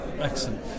excellent